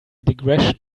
digression